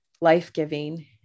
life-giving